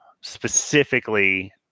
specifically